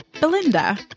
Belinda